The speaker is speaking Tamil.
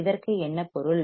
இதற்கு என்ன பொருள்